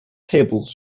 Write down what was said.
tables